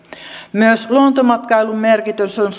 myös luontomatkailun merkitys on